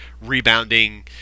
rebounding